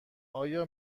آیا